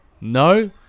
No